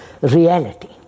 reality